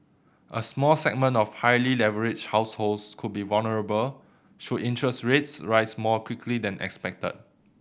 a small segment of highly leveraged households could be vulnerable should interest rates rise more quickly than expected